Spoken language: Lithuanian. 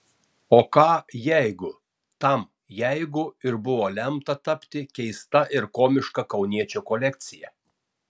o ką jeigu tam jeigu ir buvo lemta tapti keista ir komiška kauniečio kolekcija